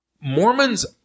Mormons